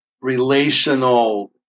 relational